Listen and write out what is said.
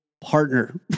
partner